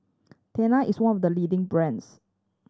Tena is one of the leading brands